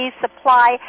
supply